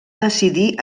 decidir